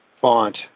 font